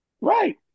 Right